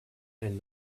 and